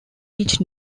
each